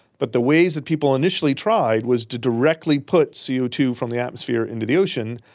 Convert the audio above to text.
but the ways that people initially tried was to directly put c o two from the atmosphere into the ocean,